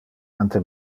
ante